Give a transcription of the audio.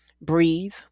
breathe